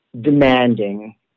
demanding